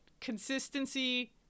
consistency